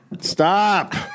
Stop